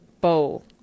bowl